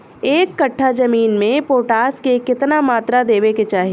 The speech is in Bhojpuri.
एक कट्ठा जमीन में पोटास के केतना मात्रा देवे के चाही?